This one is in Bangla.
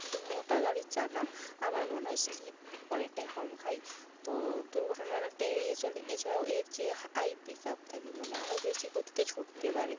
একটু মোটা গাড়ির চাকা আমার মনে হয় স্লিপ অনেকটাই কম খাই তো দুর্ঘটনা অনেকটা এড়িয়ে চলে এছাড়াও এর যে হাই পিক আপ থাকে মানে আরো বেশি গতিতে ছুটতে পারে